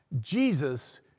Jesus